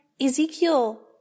Ezekiel